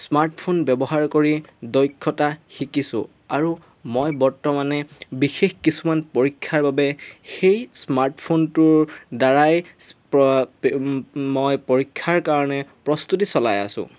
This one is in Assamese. স্মাৰ্টফোন ব্যৱহাৰ কৰি দক্ষতা শিকিছোঁ আৰু মই বৰ্তমানে বিশেষ কিছুমান পৰীক্ষাৰ বাবে সেই স্মাৰ্টফোনটোৰ দ্বাৰাই মই পৰীক্ষাৰ কাৰণে প্ৰস্তুতি চলাই আছোঁ